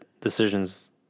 decisions